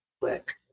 work